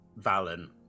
Valen